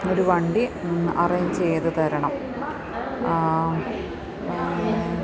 ഒരു വണ്ടി അറേഞ്ച് ചെയ്തുതരണം